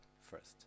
first